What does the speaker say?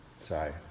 Sorry